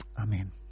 Amen